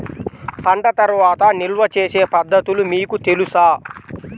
పంట తర్వాత నిల్వ చేసే పద్ధతులు మీకు తెలుసా?